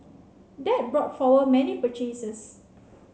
that brought forward many purchases